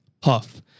Puff